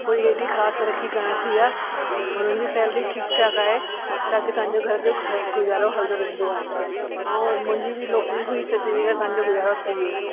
कोई हेॾी ख़ासि तरक़ी कोन थी आहे उन्हनि जी सैलेरी ठीकु ठाक आहे ताकी तव्हांजो घर जो गुज़ारो हलंदो रहींदो आहे ऐं मुंहिंजी बि नौकिरी हुई त तंहिंजे करे तव्हांजो गुज़ारो थी वियो